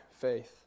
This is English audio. faith